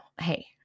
hey